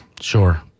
Sure